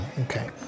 Okay